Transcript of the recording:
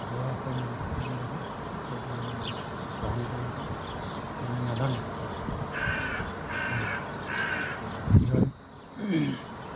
থলুৱা অসমীয়া তেওঁলোকে সেইটো গ্ৰহণ কৰিব মানে নাজানে ক'ব আৰু কি হয়